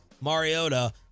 Mariota